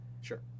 sure